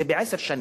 זה בעשר שנים.